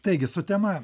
taigi su tema